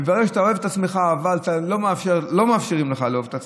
וברגע שאתה אוהב את עצמך אבל לא מאפשרים לך לאהוב את עצמך,